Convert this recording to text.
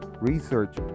Research